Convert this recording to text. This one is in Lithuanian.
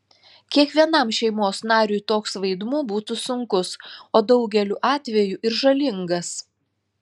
kiekvienam šeimos nariui toks vaidmuo būtų sunkus o daugeliu atvejų ir žalingas